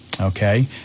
Okay